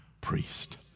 priest